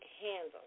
handle